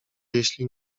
jeśli